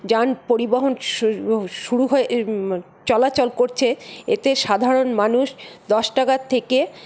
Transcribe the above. যান পরিবহণ শুরু হয়ে চলাচল করছে এতে সাধারণ মানুষ দশ টাকার থেকে